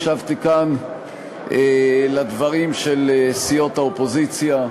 הקשבתי כאן לדברים של סיעות האופוזיציה.